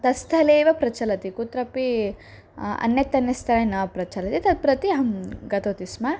तस्थले एव प्रचलति कुत्रापि अन्यतन्यस्थळे न प्रचलति तत् प्रति अहं गतवति स्म